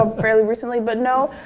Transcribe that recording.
um fairly recently. but no,